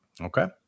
Okay